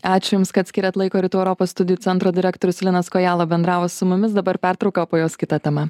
ačiū jums kad skiriat laiko rytų europos studijų centro direktorius linas kojala bendravo su mumis dabar pertrauka o po jos kita tema